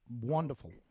wonderful